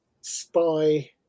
spy